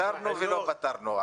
פתרנו ולא פתרנו.